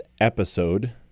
episode